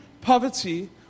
poverty